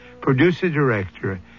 producer-director